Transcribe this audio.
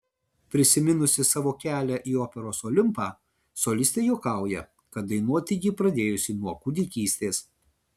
prisiminusi savo kelią į operos olimpą solistė juokauja kad dainuoti ji pradėjusi nuo kūdikystės